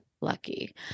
lucky